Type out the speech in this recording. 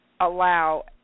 allow